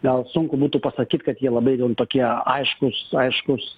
gal sunku būtų pasakyt kad jie labai jau tokie aiškūs aiškūs